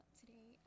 today